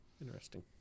Interesting